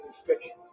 restrictions